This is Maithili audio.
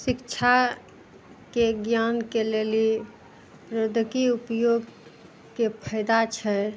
शिक्षाके ज्ञानके लेली प्रोद्योगिकी उपयोगके फायदा छै